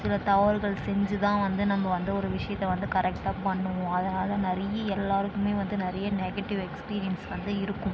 சில தவறுகள் செஞ்சு தான் வந்து நம்ம வந்து ஒரு விஷயத்தை வந்து கரெக்டாக பண்ணுவோம் அதனால் நிறைய எல்லாேருக்குமே வந்து நிறைய நெகடிவ் எக்ஸ்பீரியன்ஸ் வந்து இருக்கும்